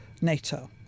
nato